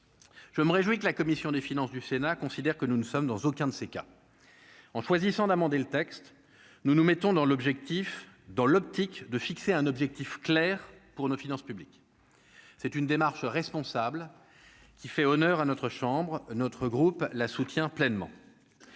Je me réjouis que la commission des finances du Sénat considère que nous ne sommes dans aucun de ces cas, en choisissant d'amender le texte, nous nous mettons dans l'objectif dans l'optique de fixer un objectif clair pour nos finances publiques, c'est une démarche responsable qui fait honneur à notre chambre, notre groupe là soutient pleinement